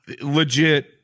legit